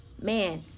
Man